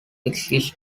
exists